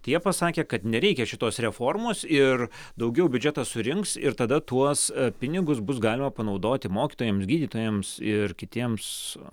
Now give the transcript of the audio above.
tie pasakė kad nereikia šitos reformos ir daugiau biudžetas surinks ir tada tuos pinigus bus galima panaudoti mokytojams gydytojams ir kitiems